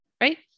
right